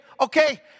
okay